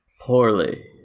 Poorly